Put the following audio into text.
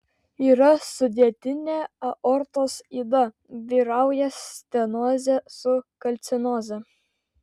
yra sudėtinė aortos yda vyrauja stenozė su kalcinoze